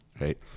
right